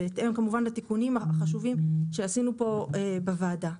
בהתאם לתיקונים החשובים שעשינו פה בוועדה.